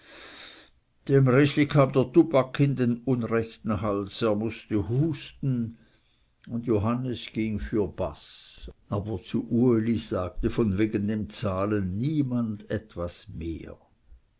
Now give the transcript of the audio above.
dem resli kam der tubak in den letzen hals er mußte husten und johannes ging fürbas aber zu uli sagte von wegen dem zahlen niemand etwas mehr